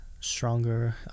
stronger